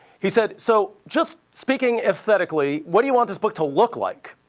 he said, so, just speaking aesthetically, what do you want this book to look like?